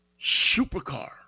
Supercar